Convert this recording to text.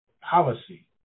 policy